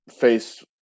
face